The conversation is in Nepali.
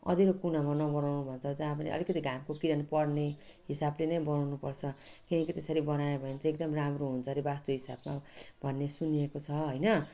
अँध्यारो कुना नबनाउनु भन्छ जहाँ पनि अलिकति घामको किरण पर्ने हिसाबले नै बनाउनुपर्छ किनकि त्यसरी बनायो भने चाहिँ एकदम राम्रो हुन्छ रे वास्तु हिसाबमा भन्ने सुनिएको छ हैन